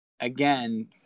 again